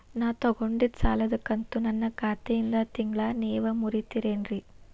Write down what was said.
ನಾ ತೊಗೊಂಡಿದ್ದ ಸಾಲದ ಕಂತು ನನ್ನ ಖಾತೆಯಿಂದ ತಿಂಗಳಾ ನೇವ್ ಮುರೇತೇರೇನ್ರೇ?